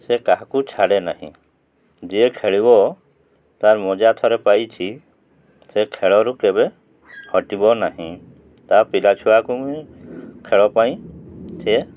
ସେ କାହାକୁ ଛାଡ଼େ ନାହିଁ ଯିଏ ଖେଳିବ ତା'ର ମଜା ଥରେ ପାଇଛି ସେ ଖେଳରୁ କେବେ ହଟିବ ନାହିଁ ତା ପିଲା ଛୁଆକୁ ଖେଳ ପାଇଁ ସିଏ